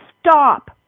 stop